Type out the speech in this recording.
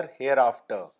hereafter